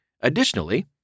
Additionally